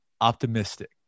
optimistic